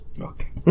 Okay